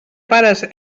pares